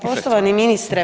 Poštovani ministre…